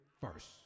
first